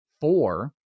four